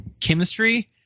chemistry